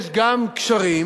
יש גם קשרים